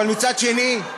אבל מצד שני,